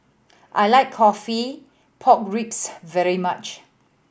I like coffee pork ribs very much